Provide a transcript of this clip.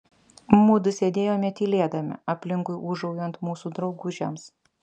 mudu sėdėjome tylėdami aplinkui ūžaujant mūsų draugužiams